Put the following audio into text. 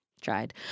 tried